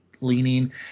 leaning